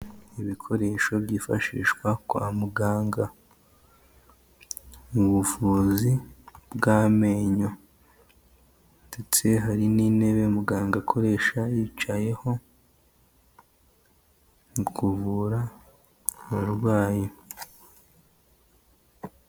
Ibikoresho byifashishwa kwa muganga, mu buvuzi bw'amenyo ndetse hari n'intebe muganga akoresha yicayeho mu kuvura umurwayi.